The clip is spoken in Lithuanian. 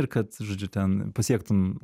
ir kad žodžiu ten pasiektum